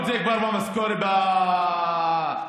אה,